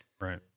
Right